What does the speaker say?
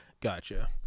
Gotcha